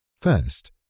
First